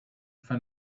for